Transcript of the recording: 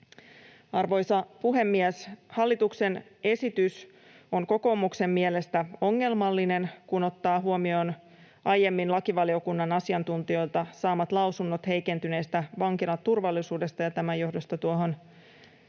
Arvoisa puhemies! Hallituksen esitys on kokoomuksen mielestä ongelmallinen, kun ottaa huomioon lakivaliokunnan asiantuntijoilta aiemmin saamat lausunnot heikentyneestä vankilaturvallisuudesta, ja tämän johdosta tuohon